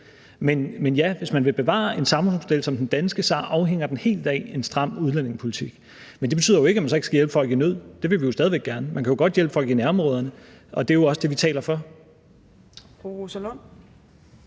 Men ja, hvis man vil bevare en samfundsmodel som den danske, afhænger den helt af en stram udlændingepolitik. Men det betyder jo ikke, at man ikke skal hjælpe folk i nød, for det vil vi stadig gerne, og man kan godt hjælpe folk i nærområderne, og det er jo også det, vi taler for.